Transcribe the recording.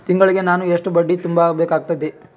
ತಿಂಗಳಿಗೆ ನಾನು ಎಷ್ಟ ಬಡ್ಡಿ ತುಂಬಾ ಬೇಕಾಗತೈತಿ?